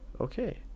okay